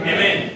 Amen